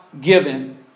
Given